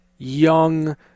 young